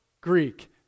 Greek